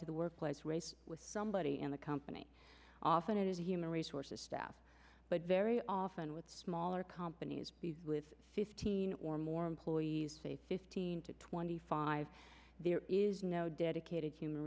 to the workplace race with somebody in the company often it is a human resources staff but very often with smaller companies with fifteen or more employees say fifteen to twenty five there is no dedicated human